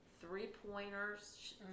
three-pointers